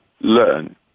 learn